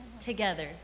together